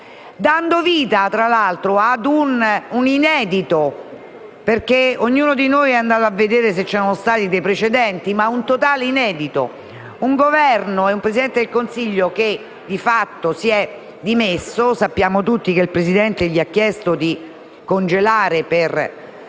dando vita, tra l'altro, a un inedito, perché ognuno di noi è andato a vedere se c'erano stati dei precedenti ed è un totale inedito quello di un Governo e di un Presidente del Consiglio che di fatto si è dimesso (sappiamo tutti che il Presidente della Repubblica gli ha chiesto di congelare le